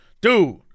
Dude